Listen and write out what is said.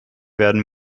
werden